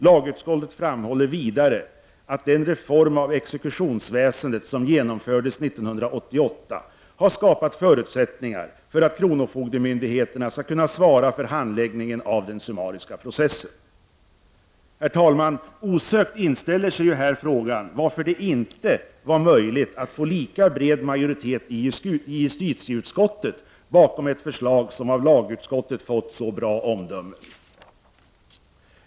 Lagutskottet framhåller vidare att ”den reform av exekutionsväsendet som genomfördes år 1988 har skapat förutsättningar för att kronofogdemyndigheterna skall kunna svara för handläggningen av den summariska processen”. Herr talman! Osökt inställer sig här frågan varför det inte var möjligt att få lika bred majoritet i justitieutskottet bakom ett förslag, som av lagutskottet fått så bra omdömen.